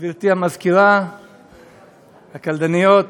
גברתי המזכירה, הקלדניות,